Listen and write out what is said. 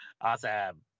awesome